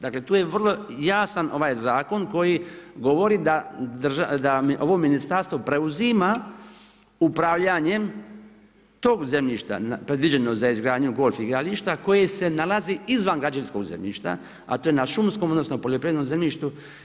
Dakle tu je vrlo jasan ovaj zakon koji govori da ovo ministarstvo preuzima upravljanjem tog zemljišta predviđenog za izgradnju golf igrališta koje se nalazi izvan građevinskog zemljišta a to je na šumskom odnosno poljoprivrednom zemljištu.